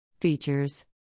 Features